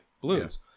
balloons